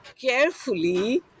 carefully